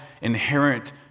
inherent